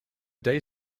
day